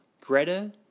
Greta